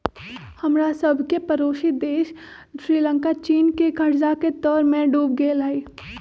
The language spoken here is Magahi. हमरा सभके पड़ोसी देश श्रीलंका चीन के कर्जा के तरमें डूब गेल हइ